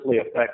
affect